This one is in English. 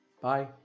bye